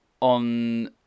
on